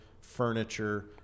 furniture